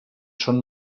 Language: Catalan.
són